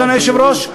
אדוני היושב-ראש,